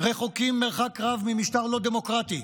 רחוקים מרחק רב ממשטר לא דמוקרטי.